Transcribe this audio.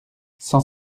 cent